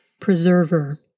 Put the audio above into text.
Preserver